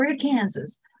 Kansas